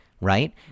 right